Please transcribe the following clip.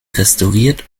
restauriert